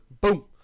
Boom